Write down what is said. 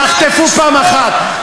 תחטפו פעם אחת,